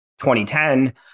2010